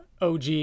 OG